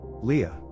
Leah